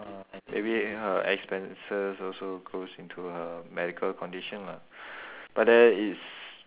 uh maybe her expenses also goes into her medical condition lah but then it's